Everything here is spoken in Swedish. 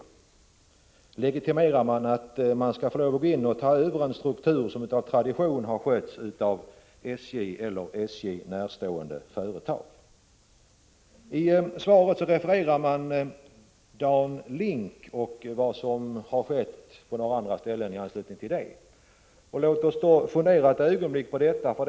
Är det således fråga om att legitimera att man går in och tar över ansvaret för en struktur som SJ eller SJ närstående företag har svarat för? I svaret refereras till den s.k. Dan Link och till vad som skett på några ställen i samband med det projektet. Låt oss därför ett ögonblick fundera över detta.